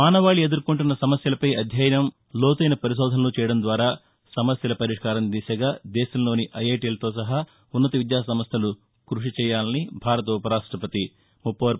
మానవాళి ఎదుర్కొంటున్న సమస్యలపై అధ్యయనం లోతైన పరిశోధనలు చేయడం ద్వారా సమస్యల పరిష్కారం దిశగా దేశంలోని ఐటీల సహా ఉన్నతవిద్యాసంస్థలు కృషిచేయాలని భారత ఉపరాష్టపతి ఎం